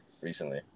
recently